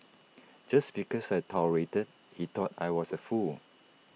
just because I tolerated he thought I was A fool